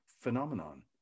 phenomenon